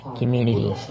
community